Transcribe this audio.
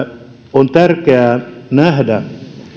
on tärkeää nähdä